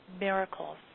Miracles